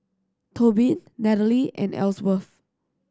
Tobin Natalie and Ellsworth